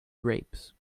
grapes